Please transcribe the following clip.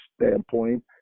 standpoint